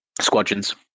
Squadrons